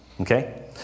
Okay